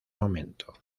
momento